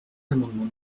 l’amendement